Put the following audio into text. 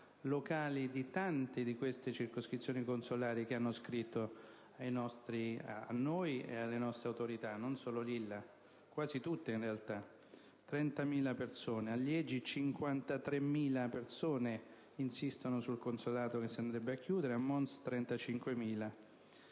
locali di tante circoscrizioni consolari che hanno scritto a noi e alle nostre autorità, non solo Lille: quasi tutte, in realtà - 30.000 persone; a Liegi 53.000 persone insistono sul consolato che si andrebbe a chiudere; a Mons 35.000.